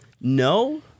No